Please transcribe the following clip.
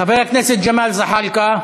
חבר הכנסת ג'מאל זחאלקה.